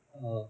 oh